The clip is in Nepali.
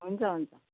हुन्छ हुन्छ